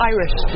Irish